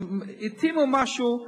אז הם התאימו משהו.